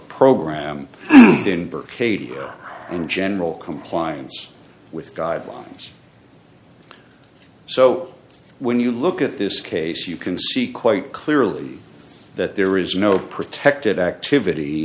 cadia in general compliance with guidelines so when you look at this case you can see quite clearly that there is no protected activity